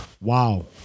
wow